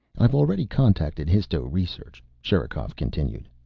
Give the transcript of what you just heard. i've already contacted histo-research, sherikov continued.